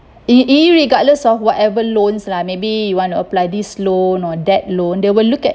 ir~ irregardless of whatever loans lah maybe you want to apply this loan or that loan they will look at